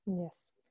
Yes